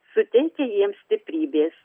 suteikia jiems stiprybės